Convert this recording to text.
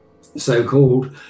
so-called